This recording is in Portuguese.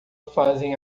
fazem